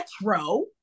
Metro